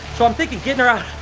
so i'm thinking getting her out,